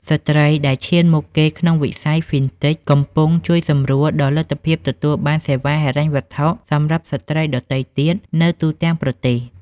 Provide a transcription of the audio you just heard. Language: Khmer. ស្ត្រីដែលឈានមុខគេក្នុងវិស័យ Fintech កំពុងជួយសម្រួលដល់លទ្ធភាពទទួលបានសេវាហិរញ្ញវត្ថុសម្រាប់ស្ត្រីដទៃទៀតនៅទូទាំងប្រទេស។